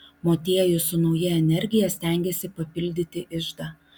motiejus su nauja energija stengėsi papildyti iždą